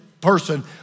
person